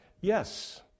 Yes